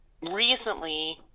recently